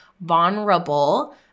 Vulnerable